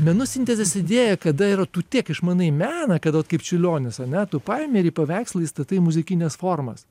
menų sintezės idėja kada yra tu tiek išmanai meną kad vat kaip čiurlionis ane tu paimi ir paveikslais statai muzikines formas